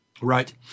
Right